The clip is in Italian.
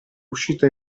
uscito